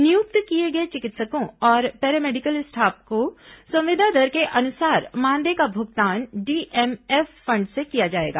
नियुक्त किए गए चिकित्सकों और पैरामेडिकल स्टाफ को संविदा दर के अनुसार मानदेय का भुगतान डीएमएफुफंड से किया जाएगा